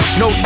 no